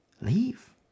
Leave